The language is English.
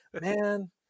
man